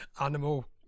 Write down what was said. animal